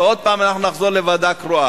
ועוד פעם אנחנו נחזור לוועדה קרואה.